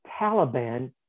Taliban